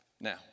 Now